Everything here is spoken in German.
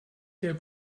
der